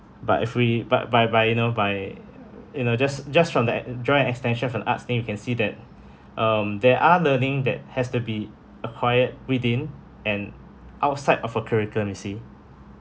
but if we by by by you know by you know just just from the e~ joy and extension from the arts then you can see that um there are learning that has to be acquired within and outside of a curriculum you see